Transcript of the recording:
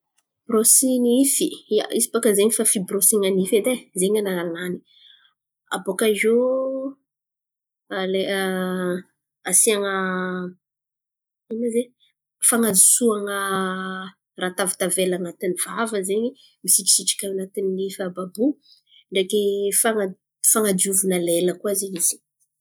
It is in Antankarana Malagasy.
Brôsy nify, ia, izy baka zen̈y fa fiborôsen̈a nify edy e zen̈y an̈aranany. Abôkaiô alain̈a asian̈a ino ma zen̈y? Fan̈adosoan̈a raha tavitavela an̈atin'ny vava zen̈y, misitrisitriky an̈atin'ny nify àby àby io ndreky fan̈a- fan̈adiovana lela koa zen̈y izy iny.